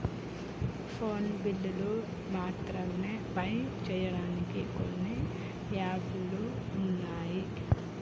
phone బిల్లులు మాత్రమే pay చెయ్యడానికి కొన్ని యాపులు వున్నయ్